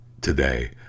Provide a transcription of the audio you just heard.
today